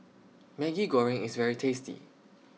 Maggi Goreng IS very tasty